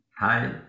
Hi